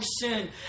sin